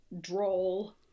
droll